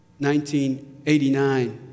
1989